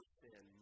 sin